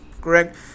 Correct